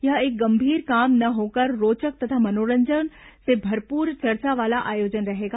यह एक गंभीर काम न होकर रोचक तथा मनोरंजन से भरपूर चर्चा वाला आयोजन रहेगा